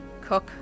cook